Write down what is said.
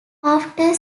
after